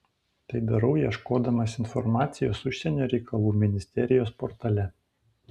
tai darau ieškodamas informacijos užsienio reikalų ministerijos portale